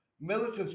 Militants